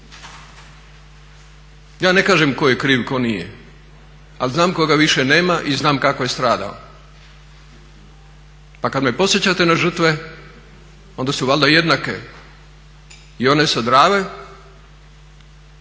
Ja ne kažem tko je kriv, tko nije, ali znam koga više nema i znam kako je stradao. Pa kada me podsjećate na žrtve onda su valjda jednake i one sa Drave